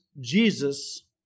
Jesus